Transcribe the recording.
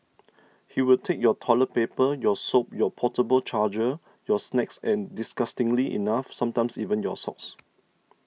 he will take your toilet paper your soap your portable charger your snacks and disgustingly enough sometimes even your socks